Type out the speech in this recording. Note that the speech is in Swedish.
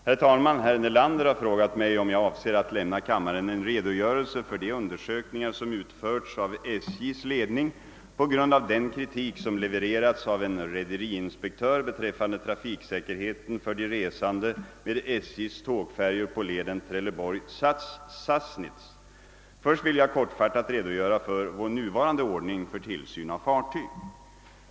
Herr talman! Herr Nelander har frågat mig om jag avser att lämna kammaren en redogörelse för de undersökningar som utförts av SJ:s ledning på grund av den kritik som levererats av en rederiinspektör beträffande trafiksäkerheten för de resande med SJ:s tågfärjor på leden Trelleborg—Sassnitz. Först vill jag kortfattat redogöra för vår nuvarande ordning för tillsyn av fartyg.